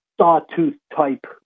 sawtooth-type